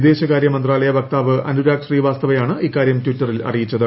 വിദേശകാര്യ മന്ത്രാലയ വക്താവ് അനുരാഗ് ശ്രീവാസ്തവയാണ് ഇക്കാര്യം ട്വിറ്ററിൽ അറിയിച്ചത്